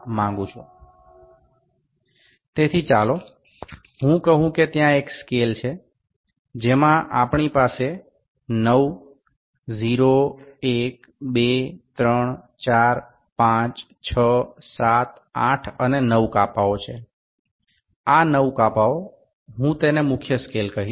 সুতরাং আমি বলতে পারি যে একটি স্কেল রয়েছে যেখানে আমাদের ৯ টি বিভাগ ০ ১ ২ ৩ ৪ ৫ ৬ ৭ ৮ এবং ৯ রয়েছে এই ৯ টি বিভাগকে আমি মূল স্কেল বলব